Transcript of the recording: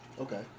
Okay